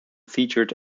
featured